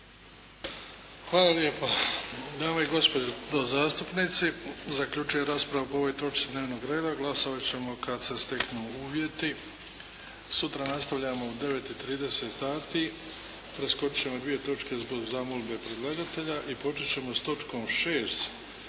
Hvala lijepa. Dame i gospodo zastupnici, zaključujem raspravu po ovoj točci dnevnog reda. Glasovat ćemo kad se steknu uvjeti. Sutra nastavljamo u 9 i 30 sati. Preskočit ćemo dvije točke zbog zamolbe predlagatelja i počet ćemo s točkom 6.